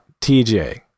TJ